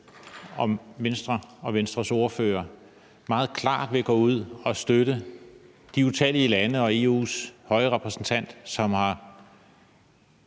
om Venstre og Venstres ordfører meget klart vil gå ud og støtte de utallige lande og EU's høje repræsentant, som har